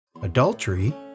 Adultery